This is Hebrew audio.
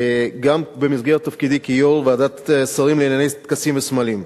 גם במסגרת תפקידי כיושב-ראש ועדת השרים לענייני סמלים וטקסים,